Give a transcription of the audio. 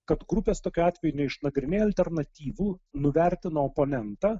kad grupės tokiu atveju neišnagrinėja alternatyvų nuvertina oponentą